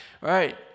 Right